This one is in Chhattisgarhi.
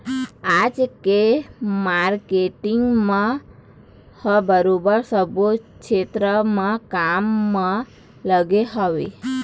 आज के मारकेटिंग मन ह बरोबर सब्बो छेत्र म काम म लगे हवँय